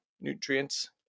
nutrients